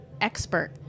expert